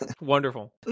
Wonderful